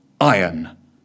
iron